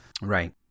right